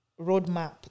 roadmap